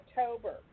October